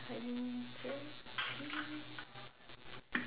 I'm thirsty